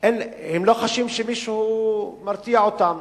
הם לא חשים שמישהו מרתיע אותם.